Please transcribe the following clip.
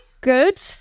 Good